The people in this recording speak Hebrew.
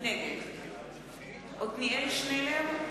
נגד עתניאל שנלר,